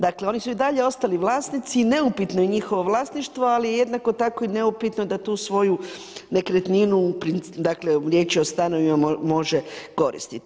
Dakle oni su i dalje ostali vlasnici i neupitno je njihovo vlasništvo, ali je jednako tako i neupitno da tu svoju nekretninu, dakle riječ je o stanovima može koristiti.